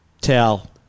Tell